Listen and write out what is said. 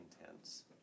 intense